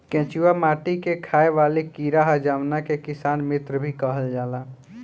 केचुआ माटी में खाएं वाला कीड़ा ह जावना के किसान मित्र भी कहल जाला